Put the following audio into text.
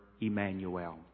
Emmanuel